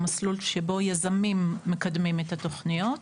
המסלול שבו יזמים מקדמים את התוכניות.